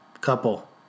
couple